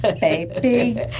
baby